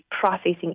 processing